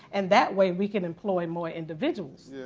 and that way we can employ more individuals.